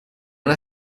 una